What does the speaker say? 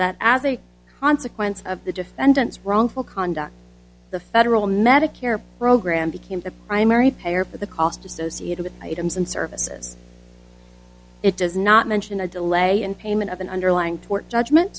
that as a consequence of the defendant's wrongful conduct the federal medicare program became the primary payer for the cost associated items and services it does not mention a delay in payment of an underlying tort judgement